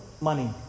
money